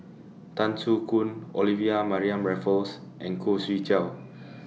Tan Soo Khoon Olivia Mariamne Raffles and Khoo Swee Chiow